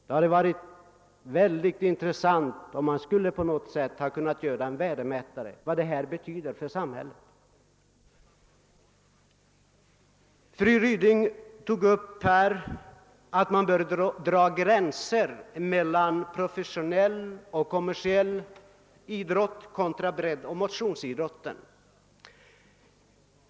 Det hade varit mycket intressant om man på något sätt kunnat göra en värdemätare av vad detta betyder för samhället. Fru Ryding föreslog här att man bör dra gränser mellan professionell och kommersiell idrott kontra breddoch motionsidrotten.